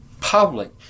public